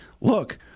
look